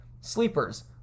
Sleepers